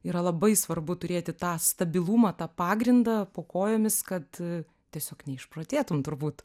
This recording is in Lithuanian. yra labai svarbu turėti tą stabilumą tą pagrindą po kojomis kad tiesiog neišprotėtum turbūt